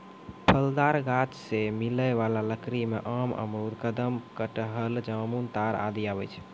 फलदार गाछ सें मिलै वाला लकड़ी में आम, अमरूद, कदम, कटहल, जामुन, ताड़ आदि आवै छै